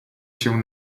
się